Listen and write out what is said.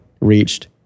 reached